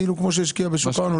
כאילו כמו שהשקיע בשוק ההון.